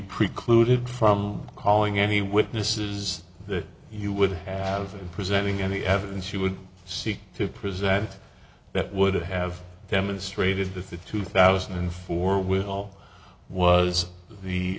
precluded from calling any witnesses that you would have presenting any evidence you would seek to present that would have demonstrated that the two thousand and four with all was the